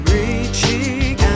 reaching